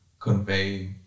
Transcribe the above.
convey